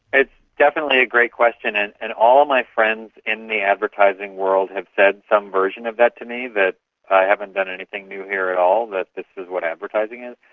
definitely a great question. and and all my friends in the advertising world have said some version of that to me, that i haven't done anything new here at all, that this is what advertising is.